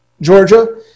Georgia